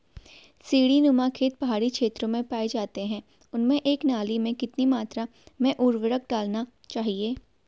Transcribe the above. सीड़ी नुमा खेत पहाड़ी क्षेत्रों में पाए जाते हैं उनमें एक नाली में कितनी मात्रा में उर्वरक डालना चाहिए?